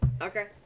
Okay